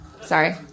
Sorry